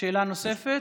שאלה נוספת?